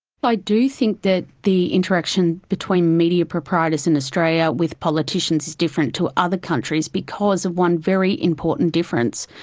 i do think that the interaction between media proprietors in australia with politicians is different to other countries because of one very important difference,